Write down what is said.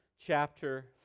chapter